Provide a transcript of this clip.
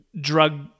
drug